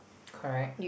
correct